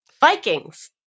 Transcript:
Vikings